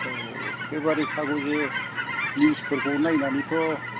औ पेपारे खागजे निउसफोरखौ नायनानैथ'